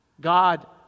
God